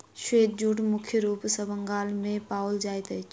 श्वेत जूट मुख्य रूप सॅ बंगाल मे पाओल जाइत अछि